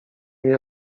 mnie